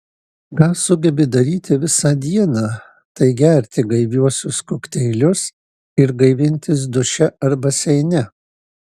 ką sugebi daryti visą dieną tai gerti gaiviuosius kokteilius ir gaivintis duše ar baseine